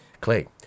Clay